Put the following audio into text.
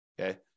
okay